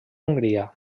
hongria